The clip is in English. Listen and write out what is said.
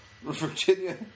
Virginia